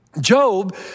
Job